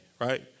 right